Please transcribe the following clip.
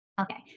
Okay